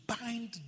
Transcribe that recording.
bind